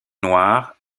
noirs